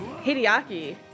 Hideaki